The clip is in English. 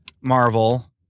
Marvel